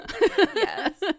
Yes